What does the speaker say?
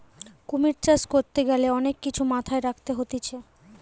কুমির চাষ করতে গ্যালে অনেক কিছু মাথায় রাখতে হতিছে